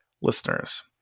listeners